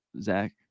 zach